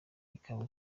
ikaba